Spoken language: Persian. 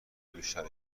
بیشتر